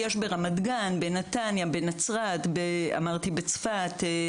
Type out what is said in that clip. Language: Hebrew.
יש ברמת גן, בנתניה, בנצרת, באשקלון,